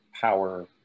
power